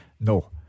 No